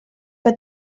que